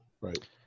Right